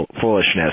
foolishness